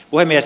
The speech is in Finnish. puhemies